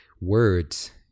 words